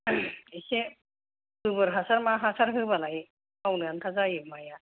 एसे गोबोर हासार मा हासार होबालाय गावनो आन्था जायो माइआ